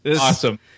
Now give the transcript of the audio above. Awesome